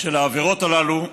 של העבירות הללו,